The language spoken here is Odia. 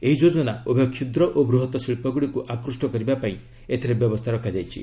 ଏହି ଯୋଜନା ଉଭୟ କ୍ଷୁଦ୍ର ଓ ବୃହତ ଶିଳ୍ପଗୁଡ଼ିକୁ ଆକୃଷ୍ଟ କରିବା ପାଇଁ ଏଥିରେ ବ୍ୟବସ୍ଥା ରଖାଯାଇଛି